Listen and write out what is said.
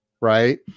Right